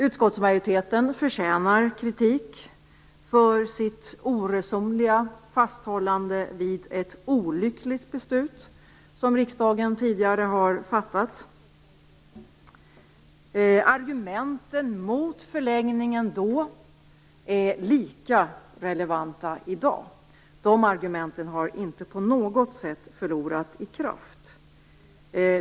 Utskottsmajoriteten förtjänar kritik för sitt oresonliga fasthållande vid ett olyckligt beslut, som riksdagen tidigare har fattat. Argumenten mot förlängning som gavs då är lika relevanta i dag. De argumenten har inte på något sätt förlorat i kraft.